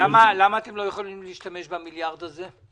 למה אתם לא יכולים להשתמש במיליארד הזה?